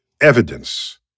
evidence